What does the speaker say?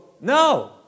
no